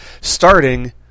starting